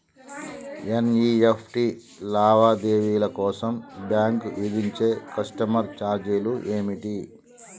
NEFT లావాదేవీల కోసం bank విధించే కస్టమర్ ఛార్జీలు ఏమిటి?